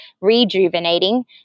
rejuvenating